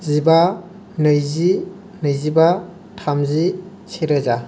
जिबा नैजि नैजिबा थामजि सेरोजा